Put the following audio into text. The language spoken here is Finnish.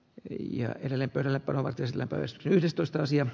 ja edelleen pöydällä palavasti sillä toiset yhdestoista sija